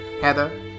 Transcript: Heather